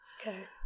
Okay